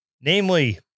namely